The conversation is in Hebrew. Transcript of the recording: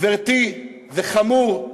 גברתי, זה חמור,